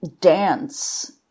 dance